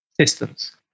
Systems